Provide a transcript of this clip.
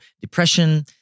depression